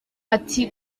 ati